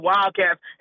Wildcats